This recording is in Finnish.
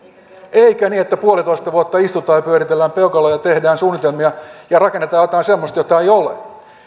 eikä niin että puolitoista vuotta istutaan pyöritellään peukaloita tehdään suunnitelmia ja rakennetaan jotain semmoista mitä ei ole